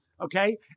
okay